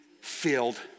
filled